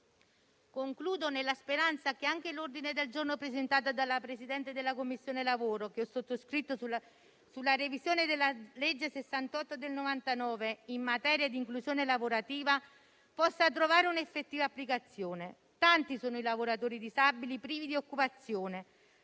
Concludo nella speranza che l'ordine del giorno presentato dalla Presidente della Commissione lavoro, che ho sottoscritto, sulla revisione della legge n. 68 del 1999, in materia di inclusione lavorativa, possa trovare un'effettiva applicazione. Tanti sono i lavoratori disabili privi di occupazione;